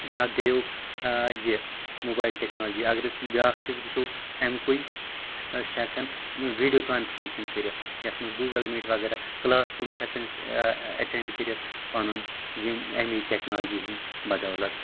اَکھ گٔیو یہِ موبایل ٹیکنالجی اگر أسۍ بیٛاکھ چیٖز وُچھو اَمکُے أسۍ چھِ ہٮ۪کَان ویٖڈیو کانفرٛنسِنٛگ کٔرِتھ یَتھ منٛز گوٗگَل میٖٹ وغیرہ کٕلاس روٗم چھِ ہٮ۪کَان أسۍ اٮ۪ٹنٛڈ کٔرِتھ پَنُن یِم اَمے ٹیکنالجی ہِنٛدۍ بَدَولت